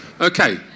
Okay